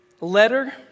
letter